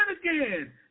again